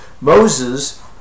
Moses